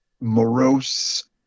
morose